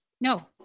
No